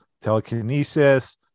telekinesis